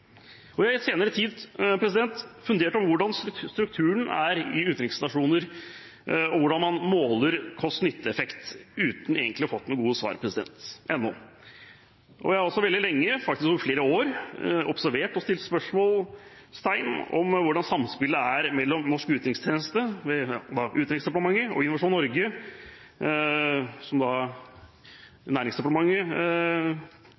Jeg har i den senere tid fundert over hvordan strukturen er i utenriksstasjonene, og over hvordan man måler kost–nytte-effekt, uten egentlig å ha fått noen gode svar – ennå. Jeg har også veldig lenge, faktisk over flere år, observert og satt spørsmålstegn ved hvordan samspillet er mellom norsk utenrikstjeneste, ved Utenriksdepartementet, Innovasjon Norge, som Næringsdepartementet er tett innpå, og norsk næringsliv. Fungerer det optimalt? Som